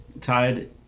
tied